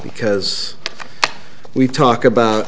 because we talk about